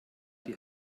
die